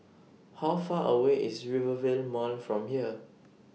How Far away IS Rivervale Mall from here